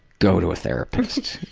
go to a therapist.